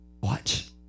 Watch